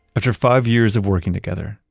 after five years of working together,